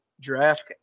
draft